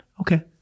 Okay